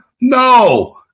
No